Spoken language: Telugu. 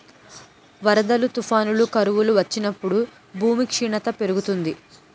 వరదలు, తుఫానులు, కరువులు వచ్చినప్పుడు భూమి క్షీణత పెరుగుతుంది